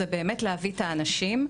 זה באמת להביא את האנשים.